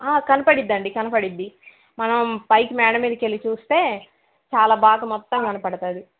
కనిపడుద్ది అండి కనపడుద్ది మనం పైకి మేడ మీదకు వెళ్ళి చూస్తే చాలా బాగా మొత్తం కనపడుతుంది